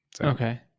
Okay